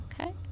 okay